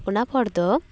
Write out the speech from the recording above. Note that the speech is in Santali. ᱚᱱᱟ ᱯᱚᱨ ᱫᱚ